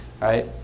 right